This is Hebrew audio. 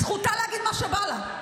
זכותה להגיד מה שבא לה.